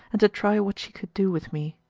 and to try what she could do with me.